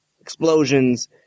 explosions